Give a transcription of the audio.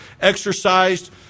exercised